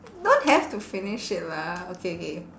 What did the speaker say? don't have to finish it lah okay K